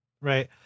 Right